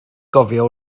gofio